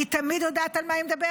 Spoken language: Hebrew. היא תמיד יודעת על מה היא מדברת,